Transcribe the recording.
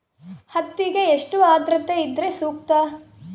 ಹತ್ತಿಗೆ ಎಷ್ಟು ಆದ್ರತೆ ಇದ್ರೆ ಸೂಕ್ತ?